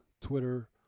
twitter